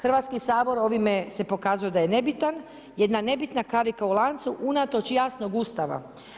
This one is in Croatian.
Hrvatski sabor ovime se pokazao da je nebitan, jedna nebitna karika u lancu unatoč jasnog Ustava.